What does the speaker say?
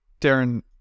Darren